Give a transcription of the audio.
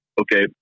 Okay